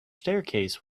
staircase